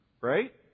Right